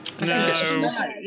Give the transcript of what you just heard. No